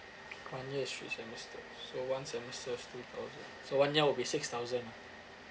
one year three semesters so one semester two thousand so one year will be six thousand lah